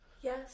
Yes